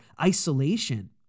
isolation